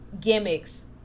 gimmicks